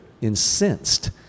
incensed